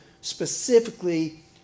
specifically